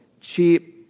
cheap